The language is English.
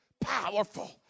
powerful